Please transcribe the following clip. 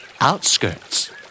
Outskirts